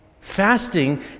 Fasting